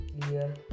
clear